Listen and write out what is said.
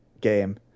game